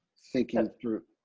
thinking through